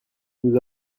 nous